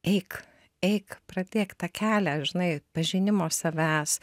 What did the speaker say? eik eik pradėk tą kelią žinai pažinimo savęs